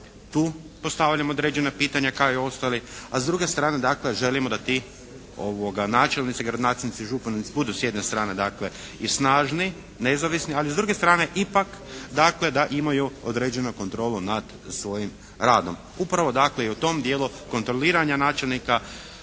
tu postavljamo određena pitanja kao i ostali. A s druge strane dakle želimo da ti načelnici, gradonačelnici i župani budu s jedne strane dakle i snažni, nezavisni ali s druge strane ipak da imaju određenu kontrolu nad svojim radom. Upravo i u tom dijelu dakle kontroliranja načelnika,